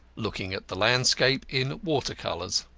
looking at the landscape in watercolours.